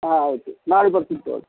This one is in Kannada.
ಹಾಂ ಆಯಿತು ನಾಳೆ ಬರ್ತೀನ್ ತಗೊಳ್ಳಿರಿ